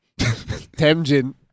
Temjin